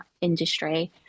industry